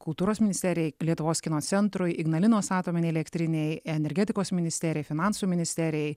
kultūros ministerijai lietuvos kino centrui ignalinos atominei elektrinei energetikos ministerijai finansų ministerijai